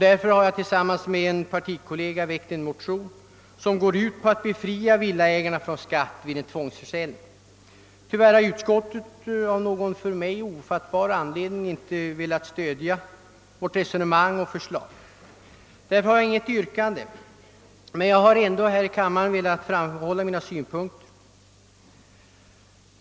Därför har jag tillsammans med en partikollega väckt en motion, som syftar till att befria villaägare från skatt vid en tvångsförsäljning. Tyvärr har utskottet av någon för mig ofattbar anledning inte velat stödja vårt resonemang och vårt förslag. Jag har inget yrkande, men jag har ändå i denna kammare velat framhålla mina synpunkter.